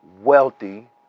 wealthy